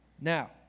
now